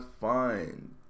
find